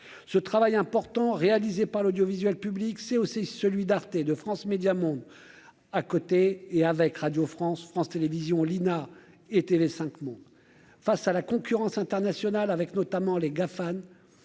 ce travail important réalisé par l'audiovisuel public, c'est aussi celui d'Arte et de France Médias Monde à côté et avec Radio France, France Télévisions Lina et TV5 Monde face à la concurrence internationale, avec notamment les Gafam,